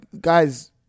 guys